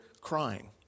crying